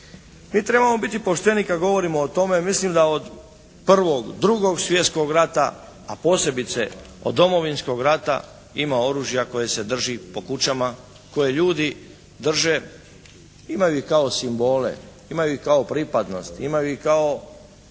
Mi trebamo biti pošteni kad govorimo o tome. Mislim da od prvog, drugog svjetskog rata a posebice od Domovinskog rata ima oružja koje se drži po kućama, koje ljudi drže, imaju ih kao simbole, imaju ih kao pripadnost. Imaju ih kao